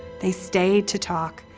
they stayed to talk.